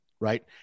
right